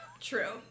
True